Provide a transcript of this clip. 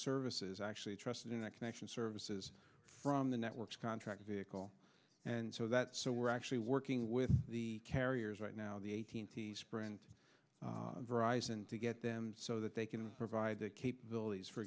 services actually trust internet connection services from the networks contract vehicle and so that so we're actually working with the carriers right now the eighteenth sprint verizon to get them so that they can provide the capabilities for